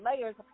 layers